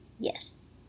Yes